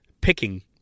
picking